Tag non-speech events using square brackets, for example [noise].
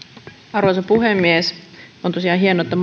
arvoisa puhemies on tosiaan hienoa [unintelligible]